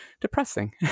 depressing